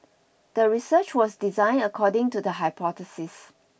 the research was designed according to the hypothesis